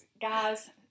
Guys